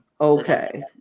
okay